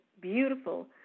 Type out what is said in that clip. beautiful